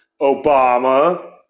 Obama